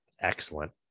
excellent